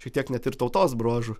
šiek tiek net ir tautos bruožų